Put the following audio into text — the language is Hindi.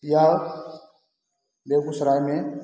यह बेगूसराय में